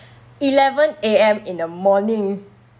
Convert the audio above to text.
eleven A_M in the morning